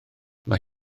mae